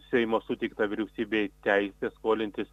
seimo suteikta vyriausybei teisė skolintis